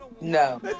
No